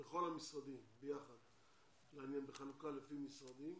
לכל המשרדים ביחד לעניין, בחלוקה לפי משרדים.